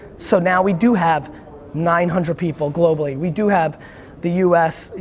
so now we do have nine hundred people globally. we do have the u s,